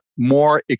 More